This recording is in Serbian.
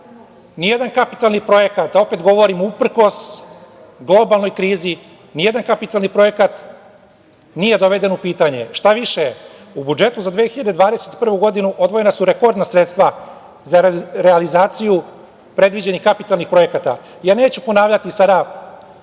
ni jedan kapitalni projekat, opet govorim, uprkos globalnoj krizi, ni jedan kapitalni projekat nije doveden u pitanje. Štaviše, u budžetu za 2021. godinu odvojena su rekordna sredstva za realizaciju predviđenih kapitalnih projekata. Neću ponavljati sada